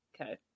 okay